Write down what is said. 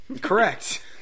Correct